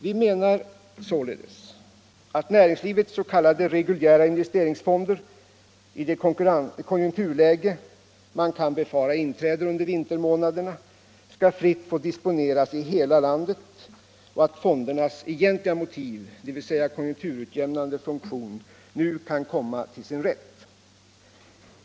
Vi menar således att näringslivets s.k. reguljära investeringsfonder i det konjunkturläge man kan befara inträder under vintermånaderna skall fritt få disponeras i hela landet och att fondernas egentliga motiv, dvs. konjunkturutjämnande funktion, nu kan komma till sin rätt.